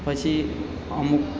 પછી અમુક